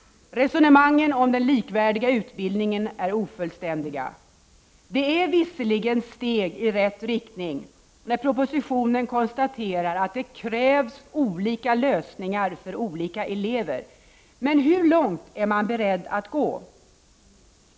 Resonemangen om den likvärdiga utbildningen är ofullständiga. Det är visserligen steg i rätt riktning när propositionen konstaterar att det krävs olika lösningar för olika elever, men hur långt är man beredd att gå?